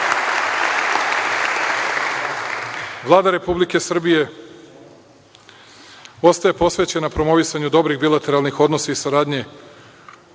živi. Vlada Republike Srbije ostaje posvećena promovisanju dobrih bilateralnih odnosa i saradnji